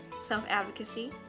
self-advocacy